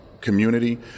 community